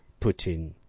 putin